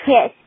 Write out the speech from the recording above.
Yes